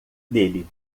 dele